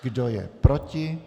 Kdo je proti?